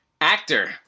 Actor